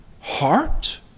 heart